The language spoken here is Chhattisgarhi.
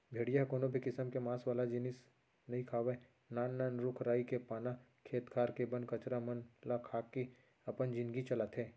भेड़िया ह कोनो भी किसम के मांस वाला जिनिस नइ खावय नान नान रूख राई के पाना, खेत खार के बन कचरा मन ल खा के अपन जिनगी चलाथे